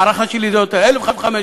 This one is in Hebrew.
ההערכה היא 1,500 ש"ח.